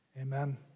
Amen